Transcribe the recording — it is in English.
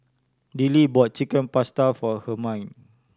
Dillie bought Chicken Pasta for Hermine